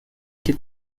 die